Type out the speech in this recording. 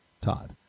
Todd